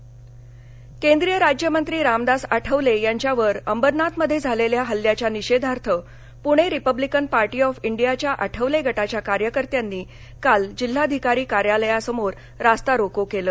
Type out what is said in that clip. आठवले हल्ला केंद्रीय राज्य मंत्री रामदास आठवले यांच्यावर अंबरनाथमध्ये झालेल्या हल्ल्याचा निषेधार्थ पुणे रिपब्लिकन पार्टी ऑफ इंडियाच्या आठवले गटाच्या कार्यकर्त्यांनी काल जिल्हाधिकारी कार्यालयासमोर रास्तारोको केलं